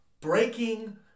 breaking